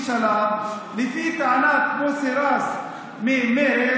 לפי טענת מוסי רז ממרצ,